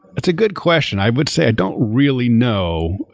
that's a good question. i would say i don't really know.